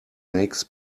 makes